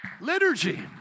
Liturgy